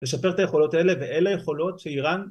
‫לשפר את היכולות האלה, ‫ואלה היכולות שאיראן...